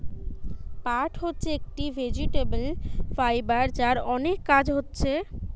পাট হচ্ছে একটি ভেজিটেবল ফাইবার যার অনেক কাজ হচ্ছে